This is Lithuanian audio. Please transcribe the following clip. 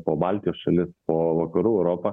po baltijos šalis po vakarų europą